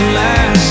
last